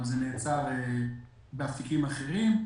אבל זה נעצר באפיקים אחרים.